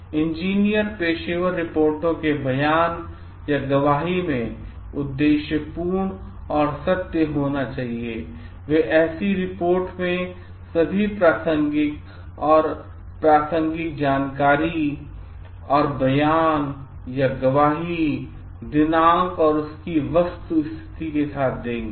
engineer पेशेवर रिपोर्टों के बयान या गवाही में उद्देश्यपूर्ण और सत्य होना चाहिए वे ऐसी रिपोर्ट में सभी प्रासंगिक और प्रासंगिक जानकारी बयान या गवाही दिनांक और उनकी वस्तुस्थिति के साथ देंगे